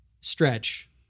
stretch